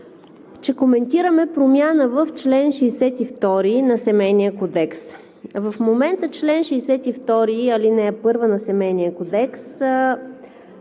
че коментираме промяна в чл. 62 на Семейния кодекс. В момента чл. 62, ал. 1 на Семейния кодекс